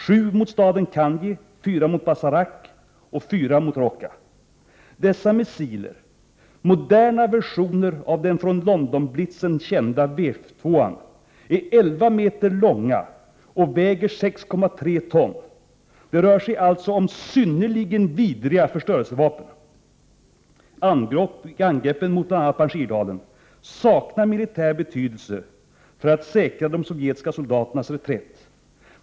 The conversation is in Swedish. Enligt välunderrättade 2 februari 1989 Londonblitzen kända V2:an — är 11 m långa och väger 6,3 ton. Det rör sig alltså om synnerligen vidriga förstörelsevapen. Angreppen mot bl.a. Panjshirdalen saknar militär betydelse för att säkra de sovjetiska soldaternas reträtt.